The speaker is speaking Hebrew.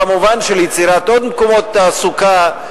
במובן של יצירת עוד מקומות תעסוקה,